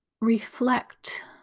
reflect